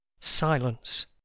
Silence